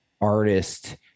artist